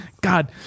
God